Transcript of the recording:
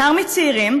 בעיקר מצעירים,